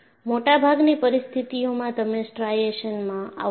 મોટાભાગની પરિસ્થિતિઓમાં તમે સ્ટ્રાઇશન્સમાં આવો છો